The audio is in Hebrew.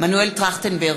מנואל טרכטנברג,